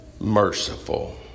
merciful